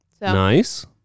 Nice